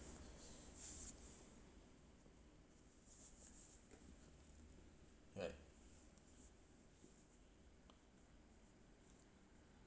right